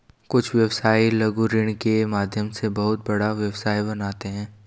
कुछ व्यवसायी लघु ऋण के माध्यम से बहुत बड़ा व्यवसाय बनाते हैं